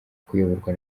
kuyoborwa